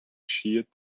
sheared